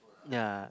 ya